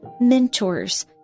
mentors